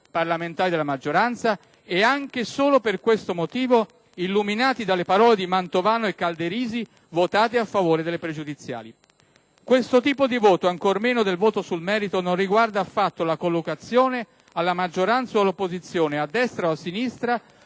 parlamentari della maggioranza, e anche solo per questo motivo, illuminati dalle parole di Mantovano e Calderisi, votate a favore delle pregiudiziali. Questo tipo di voto, ancor meno di quello sul merito, non riguarda affatto la collocazione alla maggioranza o all'opposizione, a destra o a sinistra,